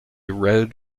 red